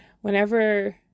whenever